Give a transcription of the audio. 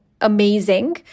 amazing